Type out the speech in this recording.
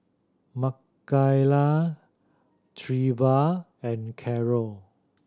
Makaila Treva and Carol